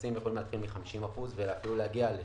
המכסים יכולים להתחיל מ-50% ואפילו להגיע ל-300%.